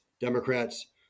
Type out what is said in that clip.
Democrats